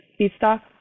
feedstock